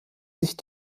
sich